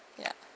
ya